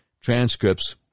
Transcripts